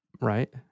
right